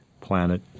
planet